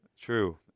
True